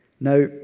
Now